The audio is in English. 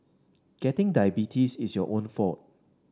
getting diabetes is your own fault